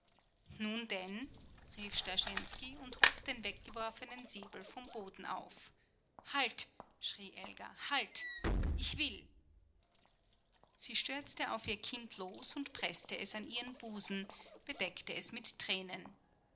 nun denn rief starschensky und hob den weggeworfenen säbel vom boden auf halt schrie elga halt ich will sie stürzte auf ihr kind los und preßte es an ihren busen bedeckte es mit tränen